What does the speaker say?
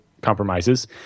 compromises